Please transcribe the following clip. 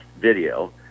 video